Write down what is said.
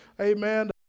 Amen